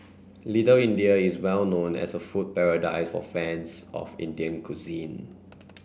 Little India is well known as a food paradise for fans of Indian cuisine